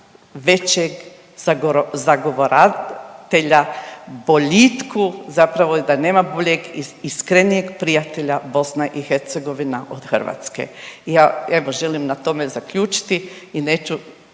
većeg zagovoravatelja boljitku zapravo da nema boljeg i iskrenijeg prijatelja BiH od Hrvatske. I ja evo želim na tome zaključiti i neću,